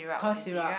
cough syrup